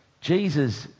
Jesus